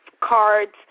cards